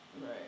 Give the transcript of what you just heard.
Right